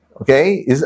Okay